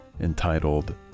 entitled